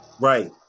Right